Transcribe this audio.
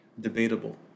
debatable